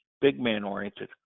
big-man-oriented